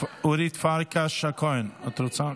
אורית פרקש הכהן, את רוצה?